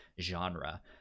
genre